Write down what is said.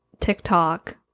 TikTok